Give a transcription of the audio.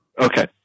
Okay